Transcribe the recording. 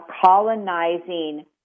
colonizing